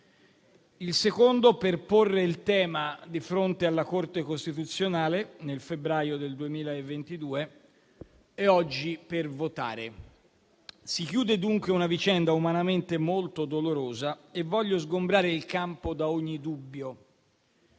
è stato per porre il tema di fronte alla Corte costituzionale, nel febbraio del 2022, e oggi per votare. Si chiude, dunque, una vicenda umanamente molto dolorosa e voglio sgombrare il campo da ogni dubbio.